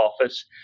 office